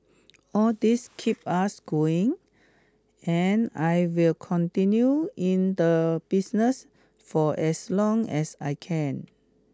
all these keep us going and I will continue in the business for as long as I can